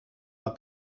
mal